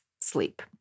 sleep